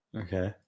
okay